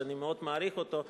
שאני מאוד מעריך אותו,